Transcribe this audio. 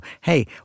hey